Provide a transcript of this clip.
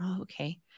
okay